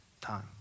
time